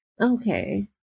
okay